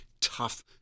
tough